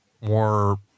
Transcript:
more